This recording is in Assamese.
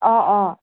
অঁ অঁ